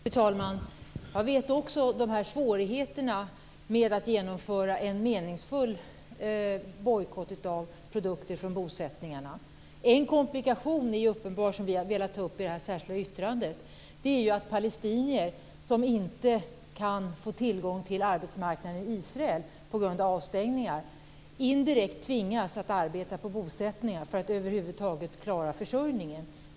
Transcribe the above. Fru talman! Jag vet också svårigheterna med att genomföra en meningsfull bojkott av produkter från bosättningarna. En uppenbar komplikation, som vi har velat ta upp i ett särskilt yttrande, är att palestinier som inte kan få tillgång till arbetsmarknaden i Israel på grund av avstängning indirekt tvingas att arbeta på bosättningar för att över huvud taget klara försörjningen.